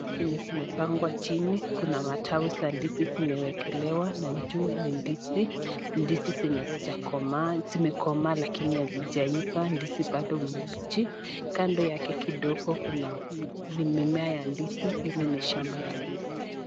Vitu zenye zimepangwa chini kuna matawi za ndizi zimewekelewa na juu ni ndizi, ndizi zenye hazijakomaa ,zimekomaa lakini hazijaiva ndizi bado ni bichi, kando yake kidogo kuna mimea ya ndizi hili ni shamba la ndizi.